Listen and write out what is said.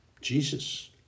Jesus